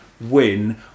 win